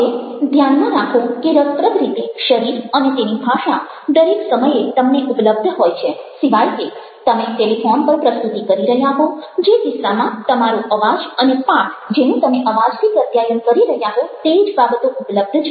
હવે ધ્યાનમાં રાખો કે રસપ્રદ રીતે શરીર અને તેની ભાષા દરેક સમયે તમને ઉપલબ્ધ હોય છે સિવાય કે તમે ટેલિફોન પર પ્રસ્તુતિ કરી રહ્યા હો જે કિસ્સામાં તમારો અવાજ અને પાઠ જેનું તમે અવાજથી પ્રત્યાયન કરી રહ્યા હો તે જ બાબતો ઉપલબ્ધ છે